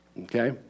Okay